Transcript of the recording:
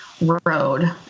road